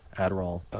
adderall.